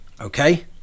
okay